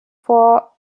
for